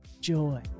joy